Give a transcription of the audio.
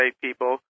people